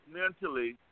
mentally